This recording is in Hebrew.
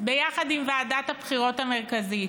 יחד עם ועדת הבחירות המרכזית,